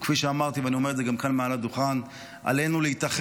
וכפי שאמרתי ואני אומר את זה גם כאן מעל הדוכן: עלינו להתאחד,